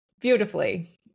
beautifully